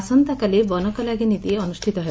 ଆସନ୍ତାକାଲି ବନକଲାଗି ନୀତି ଅନୁଷ୍ଚିତ ହେବ